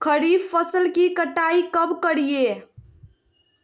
खरीफ फसल की कटाई कब करिये?